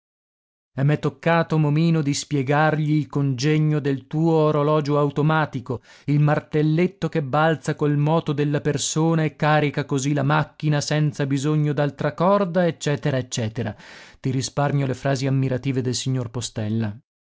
e m'è toccato momino di spiegargli il congegno del tuo orologio automatico il martelletto che balza col moto della persona e carica così la macchina senza bisogno d'altra corda ecc ecc ti risparmio le frasi ammirative del signor postella